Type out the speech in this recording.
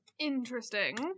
Interesting